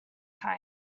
time